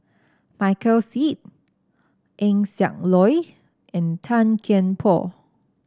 Michael Seet Eng Siak Loy and Tan Kian Por